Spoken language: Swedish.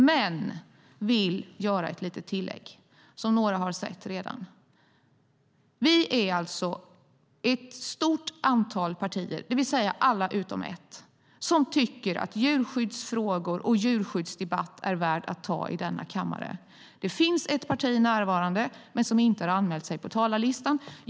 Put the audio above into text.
Jag vill göra ett litet tillägg, som några redan har sett. Vi är ett stort antal partier, det vill säga alla utom ett, som tycker att djurskyddsfrågor och djurskyddsdebatt är värda att ta upp i denna kammare. Det finns ett parti närvarande som inte har anmält sig till talarlistan.